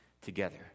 together